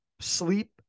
sleep